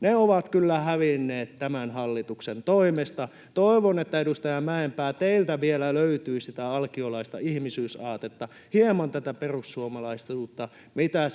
Ne ovat kyllä hävinneet tämän hallituksen toimesta. Toivon, edustaja Mäenpää, että teiltä vielä löytyisi sitä alkiolaista ihmisyysaatetta, hieman tätä perussuomalaisuutta, mitä